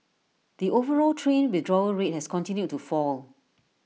the overall train withdrawal rate has continued to fall